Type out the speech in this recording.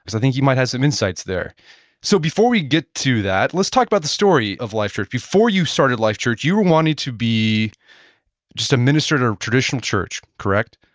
i think you might have some insights there so before we get to that, let's talk about the story of life church. before you started life church, you were wanting to be just a minister at a traditional church, correct?